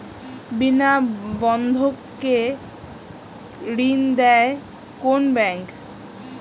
বিনা বন্ধক কে ঋণ দেয় কোন ব্যাংক?